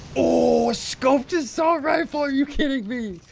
oh scoped assault rifle are you kidding me?